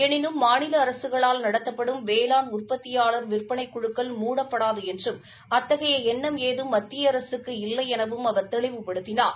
எனினும் மாநில அரசுகளால் நடத்தப்படும் வேளாண் உற்பத்தியாளர் விற்பனைக் குழுக்கள் மூடப்படாது என்றும் அத்தகைய எண்ணம் ஏதும் மத்திய அரசுக்கு இல்லை எனவும் தெளிவுபடுத்தினார்